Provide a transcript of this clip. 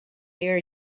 their